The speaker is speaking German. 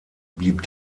blieb